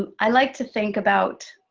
um i like to think about